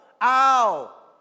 ow